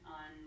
on